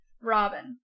Robin